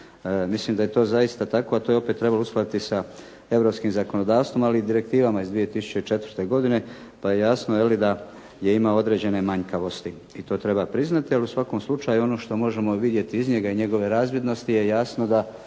Mislim da je to zaista tako, a to je opet trebalo uskladiti sa europskim zakonodavstvom, ali i direktivama iz 2004. godine, pa je jasno je li da ima određene manjkavosti i to treba priznati. Ali u svakom slučaju ono što možemo vidjeti iz njega i njegove razvidnosti je jasno da